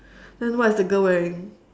then what is the girl wearing